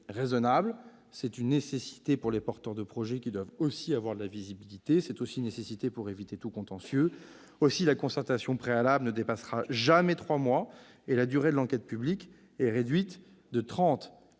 C'est une nécessité pour les porteurs de projets qui doivent aussi avoir de la visibilité ; c'est également une nécessité pour éviter tout contentieux. Aussi, la concertation préalable ne dépassera jamais trois mois et la durée de l'enquête publique est réduite de